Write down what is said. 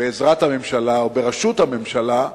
בעזרת הממשלה, או בראשות הממשלה,